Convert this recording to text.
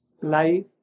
life